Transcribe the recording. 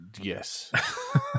Yes